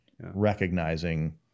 recognizing